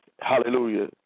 hallelujah